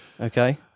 okay